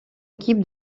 équipe